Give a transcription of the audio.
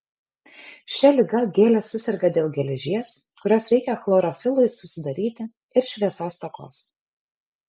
šia liga gėlės suserga dėl geležies kurios reikia chlorofilui susidaryti ir šviesos stokos